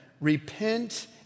repent